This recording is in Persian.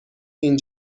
این